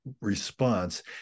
response